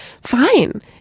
fine